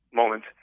moment